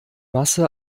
masse